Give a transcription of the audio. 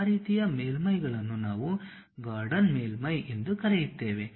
ಆ ರೀತಿಯ ಮೇಲ್ಮೈಗಳನ್ನು ನಾವು ಗಾರ್ಡನ್ ಮೇಲ್ಮೈ ಎಂದು ಕರೆಯುತ್ತೇವೆ